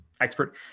expert